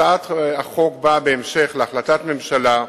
הצעת החוק באה בהמשך להחלטת ממשלה מס'